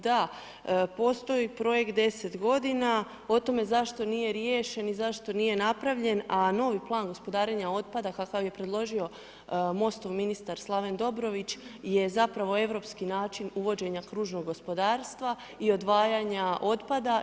Da, postoji projekt 10 godina, o tome zašto nije riješen i zašto nije napravljen a novi plan gospodarenja otpada kakav je predložio MOST-ov ministar Slaven Dobrović, je zapravo europski način uvođenja kružnog gospodarstva i odvajanja otpada.